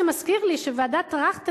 זה מזכיר לי שוועדת-טרכטנברג,